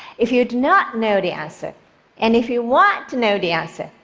if you do not know the answer and if you want to know the answer,